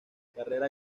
carrera